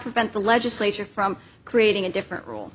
prevent the legislature from creating a different